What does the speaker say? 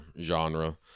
genre